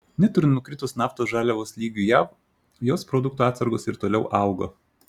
net ir nukritus naftos žaliavos lygiui jav jos produktų atsargos ir toliau augo